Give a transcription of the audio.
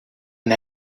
and